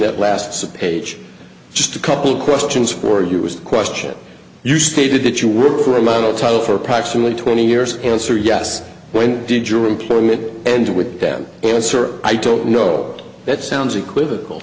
that lasts a page just a couple questions for you was the question you stated that you worked for a level title for approximately twenty years answer yes when did your employment and with them answer i don't know that sounds equivocal